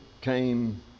came